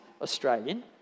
Australian